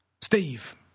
Steve